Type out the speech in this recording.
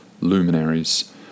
luminaries